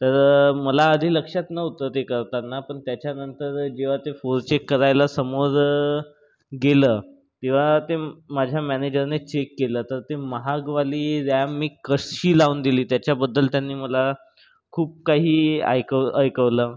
तर मला आधी लक्षात नव्हतं ते करताना पण त्याच्यानंतर जेव्हा ते फोरचेक करायला समोर गेलं तेव्हा ते माझ्या मॅनेजरने चेक केलं तर ते महागवाली रॅम मी कशी लावून दिली त्याच्याबद्दल त्यांनी मला खूप काही ऐकव ऐकवलं